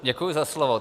Děkuji za slovo.